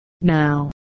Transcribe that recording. Now